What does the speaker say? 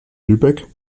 lübeck